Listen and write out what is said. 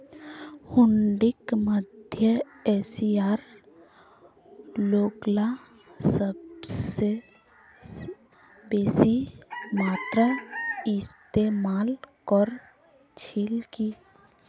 हुंडीक मध्य एशियार लोगला सबस बेसी मात्रात इस्तमाल कर छिल की